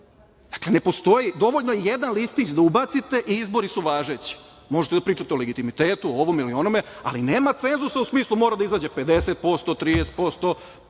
za izbore. Dovoljno je jedan listić da ubacite i izbori su važeći. Možete da pričate o legitimitetu, o ovome, onome, ali nema cenzusa u smislu da mora da izađe 50%, 30%,